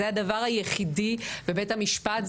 זה הדבר היחידי בבית המשפט,